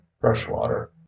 Freshwater